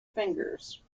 fingers